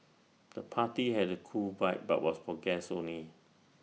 the party had A cool vibe but was for guests only